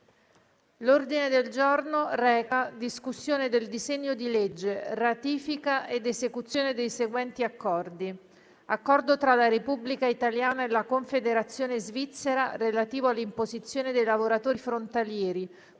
Il Senato, in sede di esame del disegno di legge recante "Ratifica ed esecuzione dei seguenti Accordi: *a)* Accordo tra la Repubblica italiana e la Confederazione svizzera relativo all'imposizione dei lavoratori frontalieri,